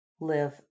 live